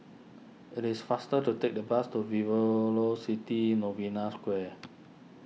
it is faster to take the bus to vivo locity Novena Square